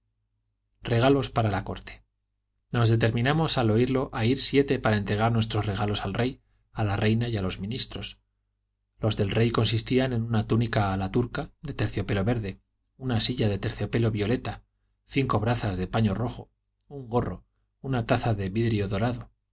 regalos para la corte nos determinamos al oírlo a ir siete para entregar nuestros regalos al rey a la reina y a los ministros los del rey consistían en una túnica a la turca de terciopelo verde una silla de terciopelo violeta cinco brazas de paño rojo un gorro una taza de vidrio dorado